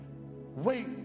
Wait